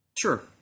sure